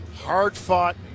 hard-fought